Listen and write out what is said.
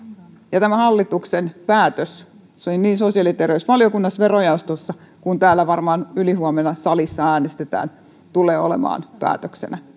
ja tästä hallituksen päätöksestä niin sosiaali ja terveysvaliokunnassa kuin verojaostossa ja varmaan ylihuomenna täällä salissa kun äänestetään tämä tulee olemaan päätöksenä